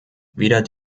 weder